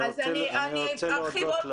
אני רוצה להודות לך.